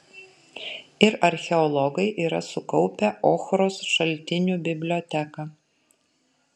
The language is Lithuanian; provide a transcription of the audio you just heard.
ir archeologai yra sukaupę ochros šaltinių biblioteką